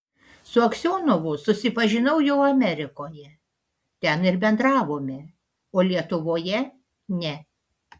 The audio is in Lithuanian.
su aksionovu susipažinau jau amerikoje ten ir bendravome o lietuvoje ne